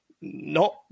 no